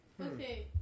Okay